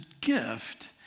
gift